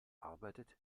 arbeitet